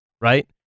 right